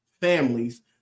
families